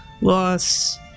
loss